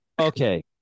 Okay